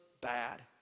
bad